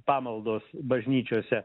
pamaldos bažnyčiose